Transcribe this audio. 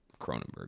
Cronenberg